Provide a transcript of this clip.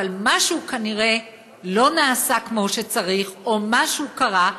אבל משהו כנראה לא נעשה כמו שצריך או משהו קרה,